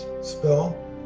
spell